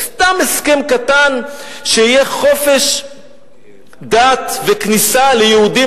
סתם הסכם קטן: שיהיה חופש דת וכניסה ליהודים